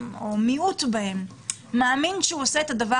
מיעוט שאומנם מאמין שהוא עושה את הדבר